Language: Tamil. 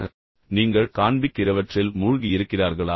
எனவே நீங்கள் காண்பிக்கிறவற்றில் மூழ்கி இருக்கிறார்களா